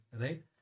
right